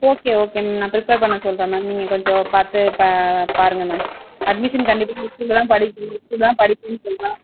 okay okay ம் நான் prepare பண்ண சொல்லுறேன் மேம் நீங்கள் கொஞ்சம் பார்த்து ப பாருங்கள் மேம் அட்மிஷன் கண்டிப்பாக